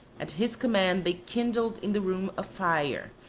at his command they kindled in the room a fire,